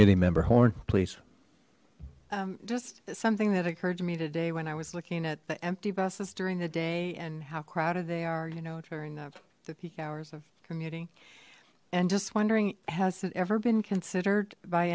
committee member horn please um just something that occurred to me today when i was looking at the empty buses during the day and how crowded they are you know during the peak hours of commuting and just wondering has it ever been considered by